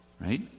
right